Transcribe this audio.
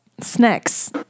snacks